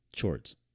Chords